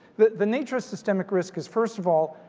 the the nature of systemic risk is first of all,